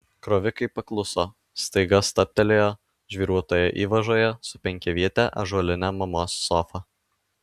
krovikai pakluso staiga stabtelėjo žvyruotoje įvažoje su penkiaviete ąžuoline mamos sofa